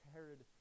Herod